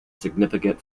significant